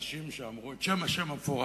אנשים שאמרו את השם המפורש.